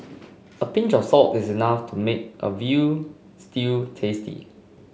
a pinch of salt is enough to make a veal stew tasty